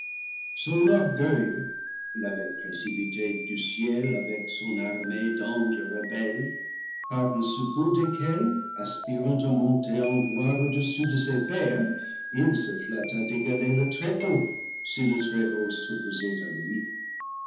son orgueil l'avait précipité du ciel avec son armée d'anges rebelles par le secours desquels aspirant à monter en gloire au-dessus de ses pairs il se flatta d'égaler le très-haut si le très-haut s'opposait à lui